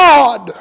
God